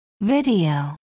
Video